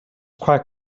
quite